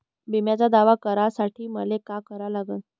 बिम्याचा दावा करा साठी मले का करा लागन?